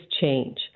change